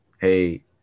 Hey